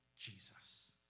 Jesus